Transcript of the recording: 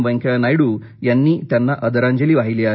वेंकय्या नायडू यांनी त्यांना आदरांजली वाहिली आहे